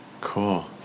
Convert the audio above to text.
cool